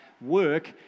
work